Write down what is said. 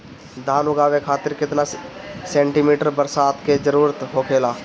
धान उगावे खातिर केतना सेंटीमीटर बरसात के जरूरत होखेला?